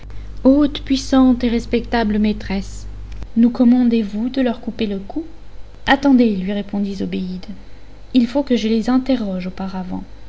hautes puissantes et respectables maîtresses nous commandezvous de leur couper le cou attendez lui répondit zobéide il faut que je les interroge auparavant